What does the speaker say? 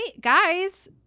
Guys